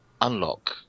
unlock